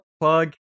plug